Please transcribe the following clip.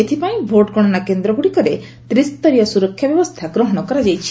ଏଥିପାଇଁ ଭୋଟଗଣନା କେନ୍ଦ୍ରଗୁଡ଼ିକରେ ତ୍ରିସ୍ତରୀୟ ସୁରକ୍ଷା ବ୍ୟବସ୍ଥା ଗ୍ରହଣ କରାଯାଇଛି